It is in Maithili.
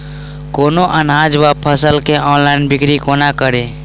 कोनों अनाज वा फसल केँ ऑनलाइन बिक्री कोना कड़ी?